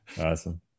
awesome